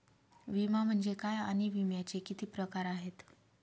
विमा म्हणजे काय आणि विम्याचे किती प्रकार आहेत?